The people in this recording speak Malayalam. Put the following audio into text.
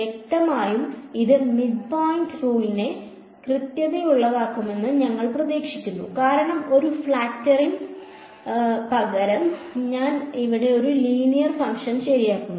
വ്യക്തമായും ഇത് മിഡ്പോയിന്റ് റൂളിനെക്കാൾ കൃത്യതയുള്ളതായിരിക്കുമെന്ന് ഞങ്ങൾ പ്രതീക്ഷിക്കുന്നു കാരണം ഒരു ഫ്ലാറ്റിംഗിന് പകരം ഞാൻ ഇവിടെ ഒരു ലീനിയർ ഫംഗ്ഷൻ ശരിയാക്കുന്നു